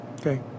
Okay